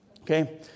Okay